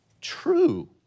True